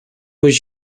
was